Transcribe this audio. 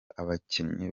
abakinnyi